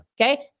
Okay